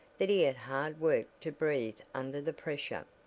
that he had hard work to breathe under the pressure.